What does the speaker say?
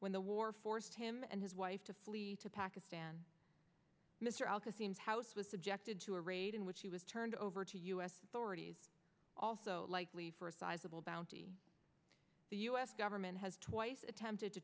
when the war forced him and his wife to flee to pakistan mr alka seems house was subjected to a raid in which he was turned over to u s authorities also likely for a sizable bounty the u s government has twice attempted to